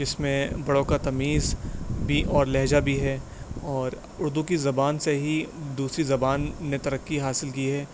جس میں بڑوں کا تمیز بھی اور لہجہ بھی ہے اور اردو کی زبان سے ہی دوسری زبان نے ترقی حاصل کی ہے